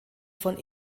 von